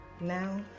now